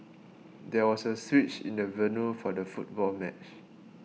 there was a switch in the venue for the football match